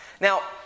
Now